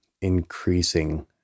increasing